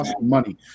money